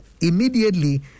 immediately